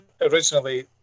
originally